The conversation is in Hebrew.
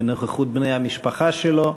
בנוכחות בני משפחתו.